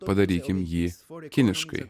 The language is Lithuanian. padarykim jį kiniškai